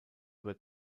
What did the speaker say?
were